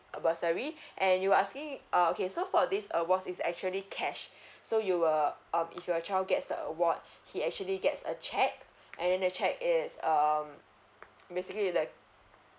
bursary and you're asking uh okay so for this award is actually cash so you uh um if your child gets the award he actually gets a cheque and the cheque is um basically the